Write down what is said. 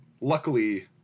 Luckily